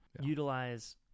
Utilize